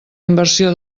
inversió